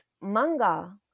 manga